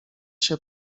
się